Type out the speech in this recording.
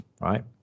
right